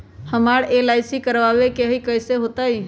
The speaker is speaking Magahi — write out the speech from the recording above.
हमरा एल.आई.सी करवावे के हई कैसे होतई?